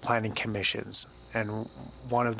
planning commissions and one of